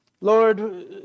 Lord